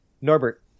norbert